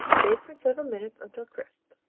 bake for several minutes until crisp.